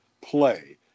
play